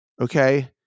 Okay